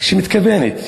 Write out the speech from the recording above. שהיא מתכוונת.